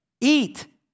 Eat